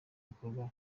bikorwa